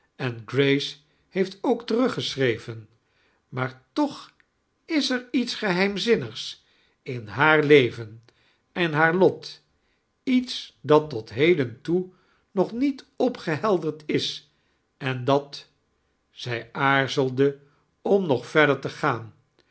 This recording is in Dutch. en grace heeft ook terug geachreven maar toch is er iets geheimzinnigs in haar levem en haar lot iets dat tot heden toe nog niet opgehelderd is en dat zij aarzelde om nog verder te gaan